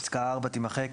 פסקה (4) תימחק.